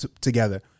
together